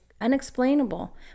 unexplainable